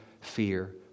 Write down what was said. fear